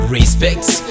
Respects